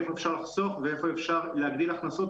איפה אפשר לחסוך ואיפה אפשר להגדיל הכנסות.